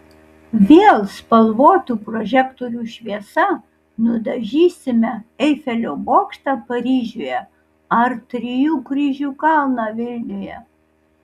vėl spalvotų prožektorių šviesa nudažysime eifelio bokštą paryžiuje ar trijų kryžių kalną vilniuje